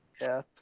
Yes